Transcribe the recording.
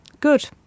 Good